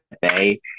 bay